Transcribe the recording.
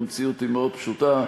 והמציאות היא מאוד פשוטה: